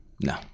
no